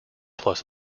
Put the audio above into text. plus